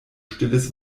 stilles